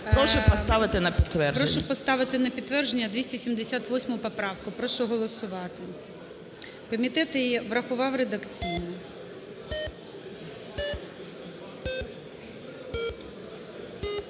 Прошу поставити на підтвердження. ГОЛОВУЮЧИЙ. Прошу поставити на підтвердження 278 поправку, прошу голосувати. Комітет її врахував редакційно.